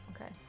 Okay